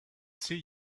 see